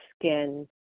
skin